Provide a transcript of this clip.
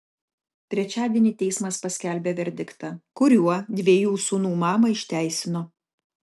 trečiadienį teismas paskelbė verdiktą kuriuo dviejų sūnų mamą išteisino